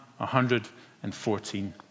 114